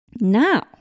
Now